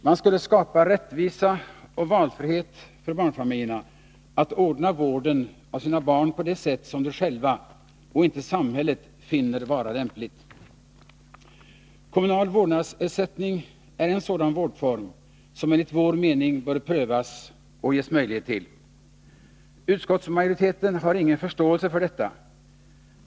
Man skulle skapa rättvisa och valfrihet för barnfamiljerna att ordna vården av sina barn på det sätt som de själva — och inte samhället — finner vara lämpligt. Kommunal vårdnadsersättning är en sådan vårdform som enligt vår mening bör prövas 'och ges möjlighet till. Utskottsmajoriteten har ingen förståelse för detta.